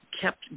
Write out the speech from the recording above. kept